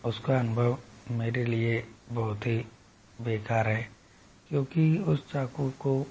उसका अनुभव मेरे लिए बहुत ही बेकार है क्योकि उस चाकू को